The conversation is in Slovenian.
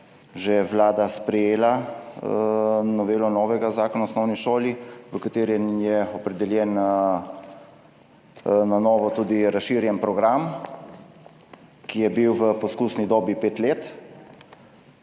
da je Vlada že sprejela novelo Zakona o osnovni šoli, v kateri je opredeljen na novo tudi razširjen program, ki je bil v poskusni dobi pet let,